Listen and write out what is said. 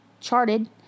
charted